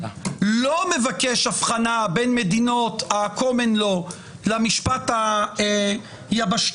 לא מבקש הבחנה בין מדינות ה-קומן לאו למשפט היבשתי.